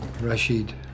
Rashid